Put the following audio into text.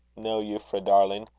no, euphra, darling.